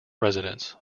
residence